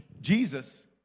Jesus